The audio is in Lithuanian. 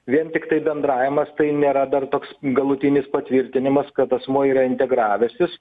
vien tiktai bendravimas tai nėra dar toks galutinis patvirtinimas kad asmuo yra integravęsis